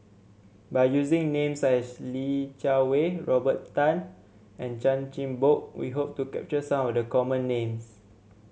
by using names such as Li Jiawei Robert Tan and Chan Chin Bock we hope to capture some of the common names